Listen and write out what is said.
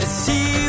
see